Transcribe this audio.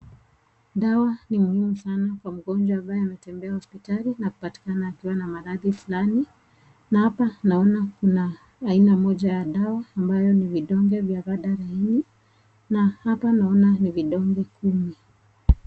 Dawa ni muhimu sana kwa mgonjwa ambaye ametembea hospitali na kupatikana akiwa na maradhi fulani. Na hapa naona kuna aina moja ya dawa ambayo ni vidonge vya vadalaini .Na hapa naona ni vidonge kumi.